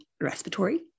respiratory